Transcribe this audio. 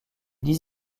dix